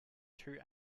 two